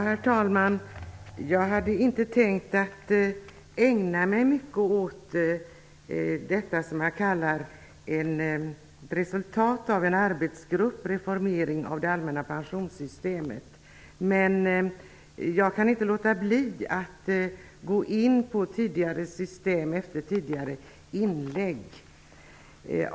Herr talman! Jag hade inte tänkt ägna mig mycket åt det som man kallar resultatet av en arbetsgrupp, Men jag kan inte låta bli att gå in på tidigare system efter de inlägg som gjorts.